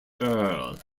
earl